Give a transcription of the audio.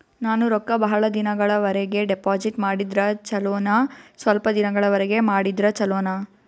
ನಾನು ರೊಕ್ಕ ಬಹಳ ದಿನಗಳವರೆಗೆ ಡಿಪಾಜಿಟ್ ಮಾಡಿದ್ರ ಚೊಲೋನ ಸ್ವಲ್ಪ ದಿನಗಳವರೆಗೆ ಮಾಡಿದ್ರಾ ಚೊಲೋನ?